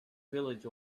village